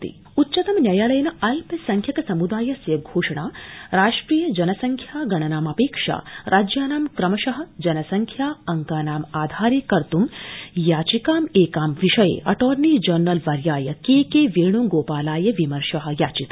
उच्चतम न्यायालय अल्पसंख्यक उच्चतम न्यायालयेन अल्पसंख्यक सम्दायस्य घोषणा राष्ट्रिय जनसंख्या गणनामपेक्षा राज्यानां क्रमश जनसंख्या अंकानामाधारे कर्त् याचिकामेकां विषये अटॉर्नी जनरल वर्याय केके वेण् गोपालाय विमर्श याचित